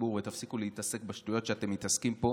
לציבור ותפסיקו להתעסק בשטויות שאתם מתעסקים פה.